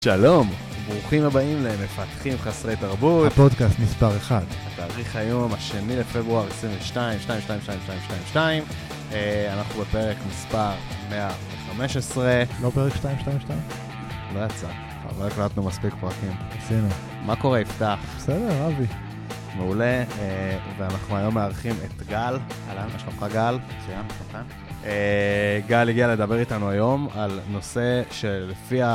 שלום, ברוכים הבאים למפתחים חסרי תרבות. הפודקאסט מספר 1. התאריך היום השני לפברואר 22, 22, 22, 22, 22. אנחנו בפרק מספר 115. לא פרק 2, 2, 2? לא יצא. לא הקלטנו מספיק פרקים, ניסינו. מה קורה, יפתח. בסדר, אבי. מעולה, ואנחנו היום מארחים את גל. אהלן, מה שלומך גל? מצוין, מה שלומכם? גל הגיע לדבר איתנו היום על נושא שלפי ה